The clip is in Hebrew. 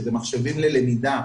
כי אלה מחשבים ללמידה.